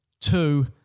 two